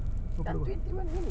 dah twenty one minutes